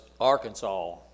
arkansas